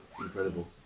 incredible